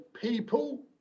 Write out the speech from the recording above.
people